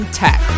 tech